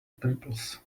pimples